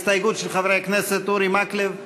הסתייגות של חברי הכנסת אורי מקלב.